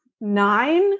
nine